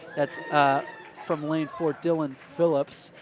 that's from lane four, dillon phillips.